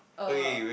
uh